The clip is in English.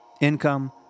income